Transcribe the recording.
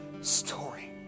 story